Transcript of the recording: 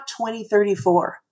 2034